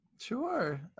Sure